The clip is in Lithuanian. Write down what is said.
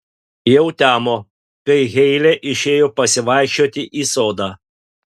jau temo kai heile išėjo pasivaikščioti į sodą